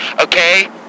okay